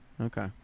Okay